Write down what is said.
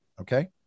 Okay